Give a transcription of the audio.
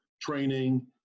training